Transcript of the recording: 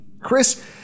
Chris